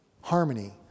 Harmony